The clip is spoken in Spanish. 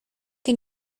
que